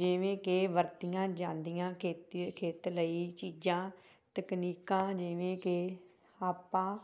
ਜਿਵੇਂ ਕਿ ਵਰਤੀਆਂ ਜਾਂਦੀਆਂ ਖੇਤੀ ਖੇਤ ਲਈ ਚੀਜ਼ਾਂ ਤਕਨੀਕਾਂ ਜਿਵੇਂ ਕਿ ਆਪਾਂ